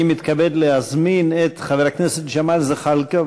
אני מתכבד להזמין את חבר הכנסת ג'מאל זחאלקה.